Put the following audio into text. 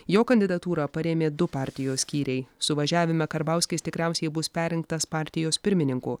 jo kandidatūrą parėmė du partijos skyriai suvažiavime karbauskis tikriausiai bus perrinktas partijos pirmininku